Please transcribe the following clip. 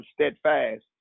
steadfast